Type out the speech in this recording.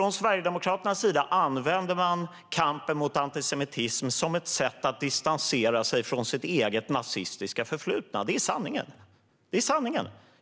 tycker jag. Sverigedemokraterna använder kampen mot antisemitism som ett sätt att distansera sig från sitt eget nazistiska förflutna. Det här är sanningen.